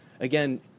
again